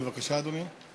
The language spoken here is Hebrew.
בבקשה, אדוני.